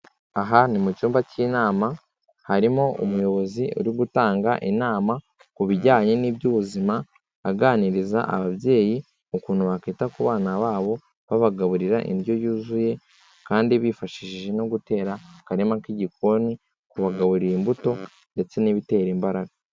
Aha ni mu cyumba cy'inama harimo umuyobozi uri gutanga inama ku bijyanye n'iby'ubuzima, aganiriza ababyeyi ukuntu bakwita ku bana babo babagaburira indyo yuzuye, kandi bifashishije no gutera akarima k'igikoni, kubagaburira imbuto ndetse n'ibitera imbaraga.